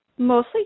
mostly